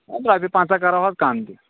ادٕ رۄاپیہِ پنژھ کرو حظ کم تہِ